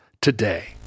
today